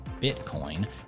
Bitcoin